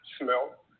smell